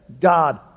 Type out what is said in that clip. God